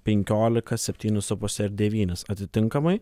penkiolika septynis su puse ir devynis atitinkamai